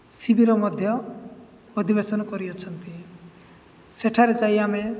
ଶିବିର ମଧ୍ୟ ଅଧିବେଶନ କରିଅଛନ୍ତି ସେଠାରେ ଯାଇ ଆମେ